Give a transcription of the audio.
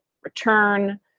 return